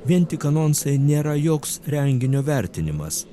vien tik anonsai nėra joks renginio vertinimas